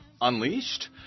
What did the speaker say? Unleashed